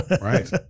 Right